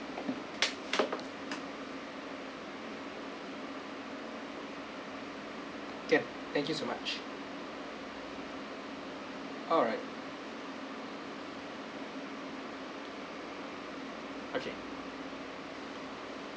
can thank you so much alright okay